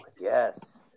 yes